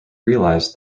realised